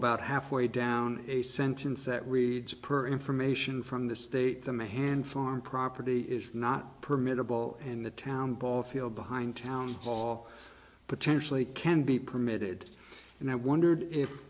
about halfway down a sentence that reads per information from the state to my hand farm property is not permitted ball and the town ball field behind town hall potentially can be permitted and i wondered if